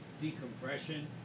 decompression